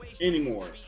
anymore